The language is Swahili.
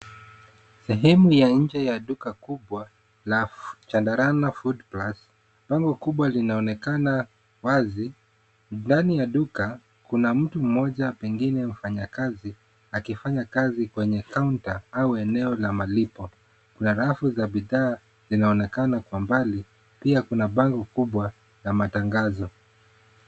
Sehemu ya inje ya duka kubwa la chandarana foodplus bango kubwa linaonekana wazi ndani ya duka, kuna mtu mmoja pengine mfanyakazi akifanya kazi kwenye kaunta au eneo la malipo, kuna rafu za bidhaa linaonekana kwa mbali pia kuna bango kubwa la matangazo.